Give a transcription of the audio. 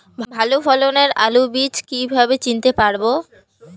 ভালো ফলনের আলু বীজ কীভাবে চিনতে পারবো?